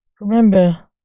Remember